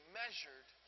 measured